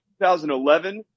2011